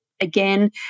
Again